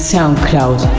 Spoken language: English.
SoundCloud